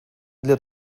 для